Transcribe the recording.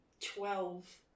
Twelve